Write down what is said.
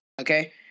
okay